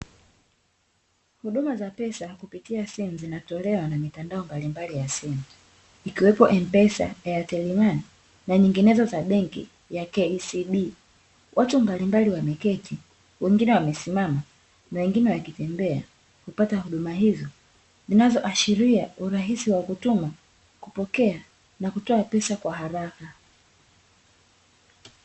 Huduma za pesa kupitia simu zinatolewa na mitandao mbalimbali ya simu ikiwepo M-pesa, Airtel Money na nyinginezo za benki ya KCB. Watu mbalimbali wameketi wengine wamesimama na wengine wakitembea kupata huduma hizo, zinazoashiria urahisi wa kutuma, kupokea na kutoa pesa kwa haraka.